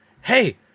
hey